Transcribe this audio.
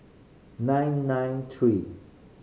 nine nine three